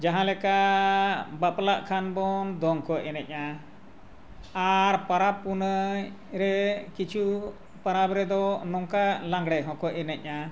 ᱡᱟᱦᱟᱸ ᱞᱮᱠᱟ ᱵᱟᱯᱞᱟᱜ ᱠᱷᱟᱱ ᱵᱚᱱ ᱫᱚᱝ ᱠᱚ ᱮᱱᱮᱡ ᱟ ᱟᱨ ᱯᱚᱨᱚᱵᱽ ᱯᱩᱱᱟᱹᱭ ᱨᱮ ᱠᱤᱪᱷᱩ ᱯᱚᱨᱚᱵᱽ ᱨᱮᱫᱚ ᱱᱚᱝᱠᱟ ᱞᱟᱜᱽᱬᱮ ᱦᱚᱸᱠᱚ ᱮᱱᱮᱡᱼᱟ